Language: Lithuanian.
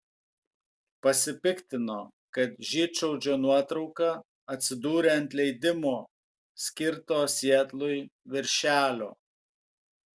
pasipiktino kad žydšaudžio nuotrauka atsidūrė ant leidimo skirto sietlui viršelio